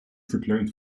verkleumd